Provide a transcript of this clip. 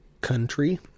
Country